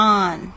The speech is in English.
on